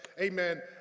Amen